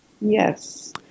yes